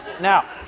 Now